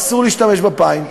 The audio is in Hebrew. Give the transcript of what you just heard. אסור להשתמש בפיינט,